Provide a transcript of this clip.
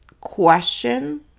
question